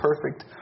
perfect